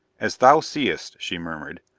as thou seest, she murmured,